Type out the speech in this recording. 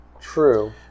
True